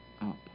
up